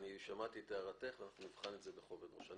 שמעתי את הערתך ואנחנו נבחן את זה בכובד ראש.